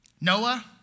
Noah